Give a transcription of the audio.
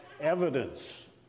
evidence